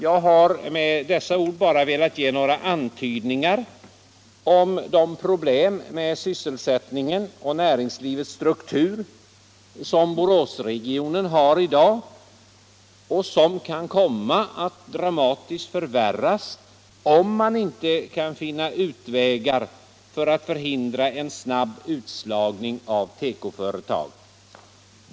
Jag har med dessa ord bara velat ge några antydningar om de problem med sysselsättningen och näringslivets struktur som Boråsregionen har i dag och som kan komma att dramatiskt förvärras om man inte kan finna utvägar för att förhindra en snabb utslagning av tekoföretag.